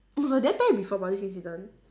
oh my god did I tell you before about this incident